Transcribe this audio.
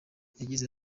yagize